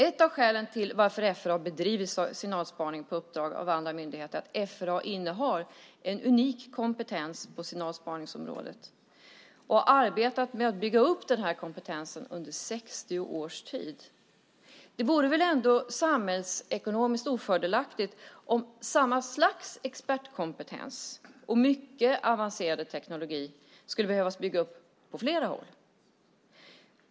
Ett av skälen till att FRA bedriver signalspaning på uppdrag av andra myndigheter är att FRA innehar en unik kompetens på signalspaningsområdet och har arbetat med att bygga upp den kompetensen under 60 års tid. Det vore väl samhällsekonomiskt ofördelaktigt om samma slags expertkompetens och mycket avancerad teknologi skulle behöva byggas upp på flera håll.